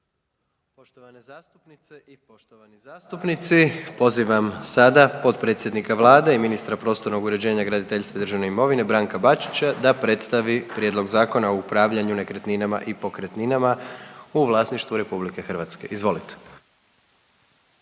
Poštovane zastupnice i poštovani zastupnici, pozivam sada potpredsjednika Vlade i ministra prostornog uređenja, graditeljstva i državne imovine Branka Bačića da predstavi Prijedlog Zakona o upravljanju nekretninama i pokretninama u vlasništvu RH. Izvolite.